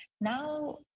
Now